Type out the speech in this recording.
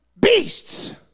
beasts